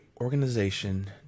organization